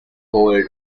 gold